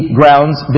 grounds